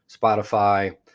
spotify